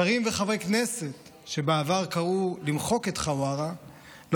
שרים וחברי כנסת שבעבר קראו למחוק את חווארה לא